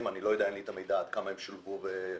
אבל אין לי את המידע עד כמה הם שולבו בשטח.